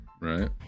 right